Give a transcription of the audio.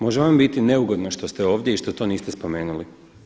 Može vam biti neugodno što ste ovdje i što to niste spomenuli.